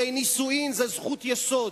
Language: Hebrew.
הרי נישואין הם זכות יסוד,